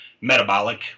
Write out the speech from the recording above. metabolic